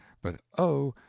but oh!